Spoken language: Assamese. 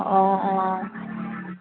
অঁ অঁ